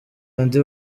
andy